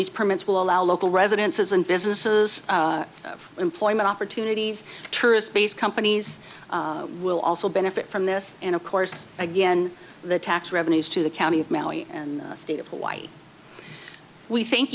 these permits will allow local residents and businesses of employment opportunities tourist based companies will also benefit from this and of course again the tax revenues to the county of maui and the state of hawaii we thank